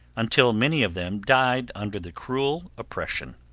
until many of them died under the cruel oppression.